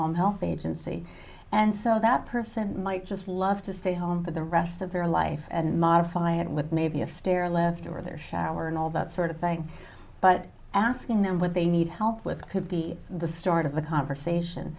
home health agency and so that person might just love to stay home for the rest of their life and modify it with maybe a stair left or their shower and all that sort of thing but asking them what they need help with could be the start of the conversation